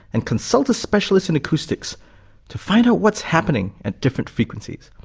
and consult a specialist in acoustics to find out what's happening at different frequencies,